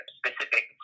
specific